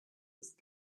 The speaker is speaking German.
ist